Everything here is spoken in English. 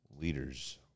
Leaders